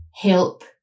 help